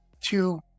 two